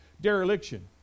dereliction